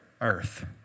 earth